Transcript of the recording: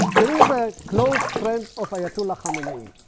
there is a close friend of ayatollah khamenei.